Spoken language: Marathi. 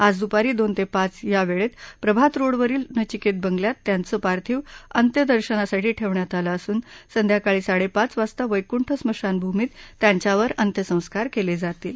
आज दुपारी दोन ते पाच या वेळेत प्रभात रोडवरील नचिकेत बंगल्यात त्यांचं पार्थिव अंत्यदर्शनासाठी ठेवण्यात आलं असून संध्याकाळी साडेपाच वाजता वैकुंठ स्मशान भूमीत त्यांच्यावर अंत्यसंस्कार केले जातील